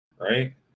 Right